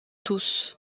tous